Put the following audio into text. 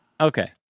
Okay